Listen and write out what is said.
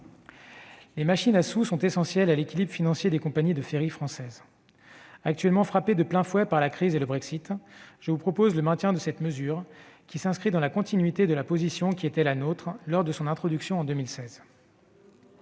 Les machines à sous sont essentielles à l'équilibre financier des compagnies de ferries françaises, actuellement frappées de plein fouet par la crise et le Brexit. Je vous propose le maintien de cette mesure qui s'inscrit dans la continuité de la position qui était la nôtre lors de son introduction en 2016.